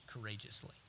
courageously